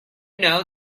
know